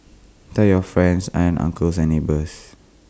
tell your friends aunts uncles and neighbours